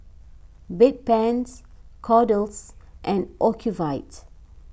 Bedpans Kordel's and Ocuvite